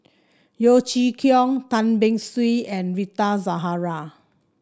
Yeo Chee Kiong Tan Beng Swee and Rita Zahara